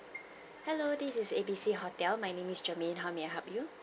hello this is ABC hotel my name is germaine how may I help you